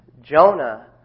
Jonah